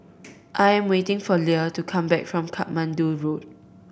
I am waiting for Lea to come back from Katmandu Road